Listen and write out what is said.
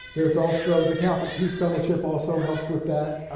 there's also the catholic peace fellowship also,